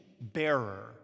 bearer